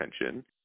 attention